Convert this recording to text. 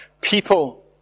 people